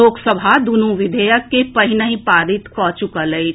लोकसभा दूनु विधेयक के पहिनहि पारित कऽ चुकल अछि